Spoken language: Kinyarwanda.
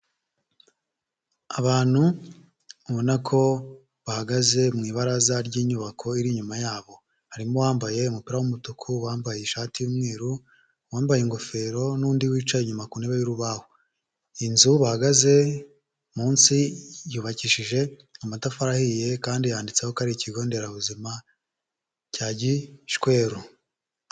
Abantu ubona ko bahagaze mu ibaraza ry'inyubako iri inyuma yabo. Harimo uwambaye umupira w'umutuku, wambaye ishati y'umweru, wambaye ingofero n'undi wicaye inyuma ku ntebe y'urubaho. Inzu bahagaze munsi yubakishije amatafari ahiye kandi yanditseho ko ari ikigo nderabuzima cya Gishweru.